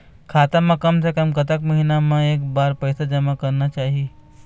खाता मा कम से कम कतक महीना मा एक बार पैसा जमा करना चाही?